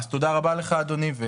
תודה רבה לך אדוני.